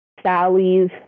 Sally's